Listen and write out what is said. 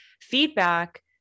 Feedback